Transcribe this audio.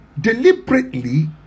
deliberately